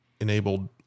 enabled